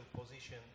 position